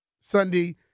Sunday